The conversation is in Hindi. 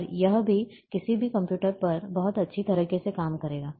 और यह किसी भी कंप्यूटर पर बहुत अच्छी तरह से काम करता है